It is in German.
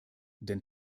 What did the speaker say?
denn